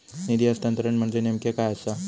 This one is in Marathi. निधी हस्तांतरण म्हणजे नेमक्या काय आसा?